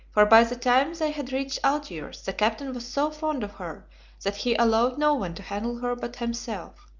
for by the time they had reached algiers, the captain was so fond of her that he allowed no one to handle her but himself.